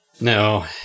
No